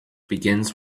begins